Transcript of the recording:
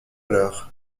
l’heure